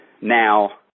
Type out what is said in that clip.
now